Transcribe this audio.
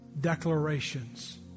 declarations